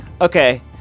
Okay